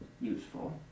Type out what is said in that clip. useful